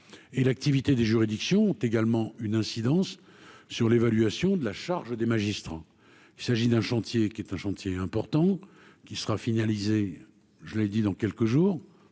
et l'activité des juridictions ont également une incidence sur l'évaluation de la charge des magistrats, il s'agit d'un chantier qui est un chantier important qui sera finalisé, je l'ai dit, dans quelques jours